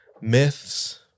myths